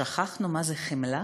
שכחנו מה זה חמלה?